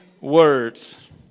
words